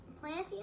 planting